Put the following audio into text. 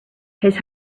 his